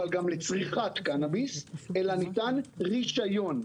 לצריכת קנביס, אלא ניתן רישיון".